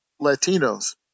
Latinos